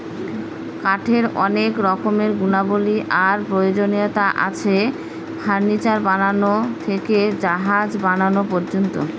কাঠের অনেক রকমের গুণাবলী আর প্রয়োজনীয়তা আছে, ফার্নিচার বানানো থেকে জাহাজ বানানো পর্যন্ত